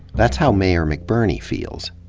that's how mayor mcburney feels.